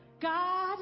God